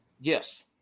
Yes